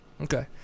Okay